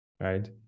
right